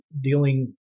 dealing